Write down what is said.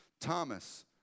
Thomas